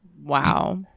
wow